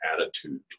attitude